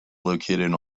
located